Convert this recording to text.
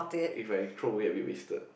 if I throw away a bit wasted